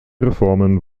reformen